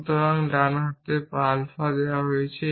সুতরাং ডান প্রান্তে আলফা দেওয়া হয়েছে